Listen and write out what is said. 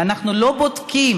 ואנחנו לא בודקים,